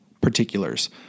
particulars